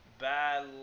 bad